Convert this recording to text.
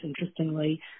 interestingly